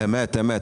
אמת.